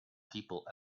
people